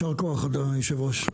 יישר כוח, אדוני היושב ראש.